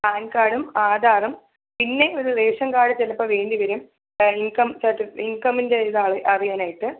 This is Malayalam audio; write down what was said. പാൻ കാഡും ആധാറും പിന്നെ ഒരു റേഷൻ കാഡ് ചിലപ്പം വേണ്ടിവരും ഇൻകം സർട്ടിഫിക്ക ഇൻകമിൻ്റെ ഇത് അറിയാനായിട്ട്